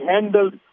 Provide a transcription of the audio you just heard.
handled